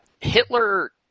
Hitler